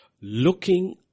Looking